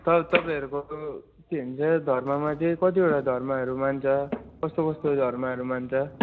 त तपाईँहरूको के भन्छ धर्ममा चाहिँ कतिवटा धर्महरू मान्छ कस्तो कस्तो धर्महरू मान्छ